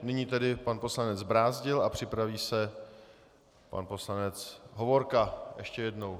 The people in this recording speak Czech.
Nyní tedy pan poslanec Brázdil a připraví se pan poslanec Hovorka ještě jednou.